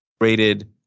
rated